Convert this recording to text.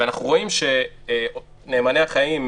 אנחנו רואים ש"נאמני החיים",